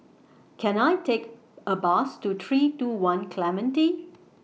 Can I Take A Bus to three two one Clementi